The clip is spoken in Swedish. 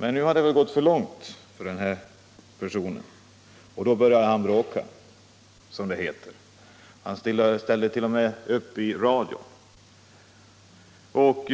Men nu hade det gått för långt för den här personen och han började bråka, som det heter. Han ställde t.o.m. upp i radio och